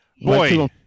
Boy